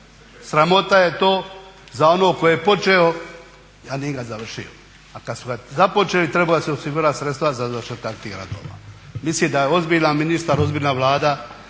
Sramota je to za onog koji je počeo a nije ga završio. A kada su ga započeli trebala su se osigurati sredstva za završetak tih radova. Mislim da je ozbiljan ministar, ozbiljna Vlada